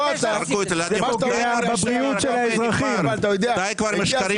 אתה יודע למה אתה דואג